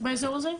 באזור הזה?